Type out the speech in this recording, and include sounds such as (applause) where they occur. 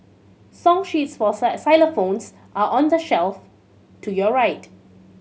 song sheets for (unintelligible) xylophones are on the shelf to your right